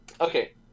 Okay